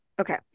Okay